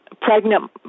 pregnant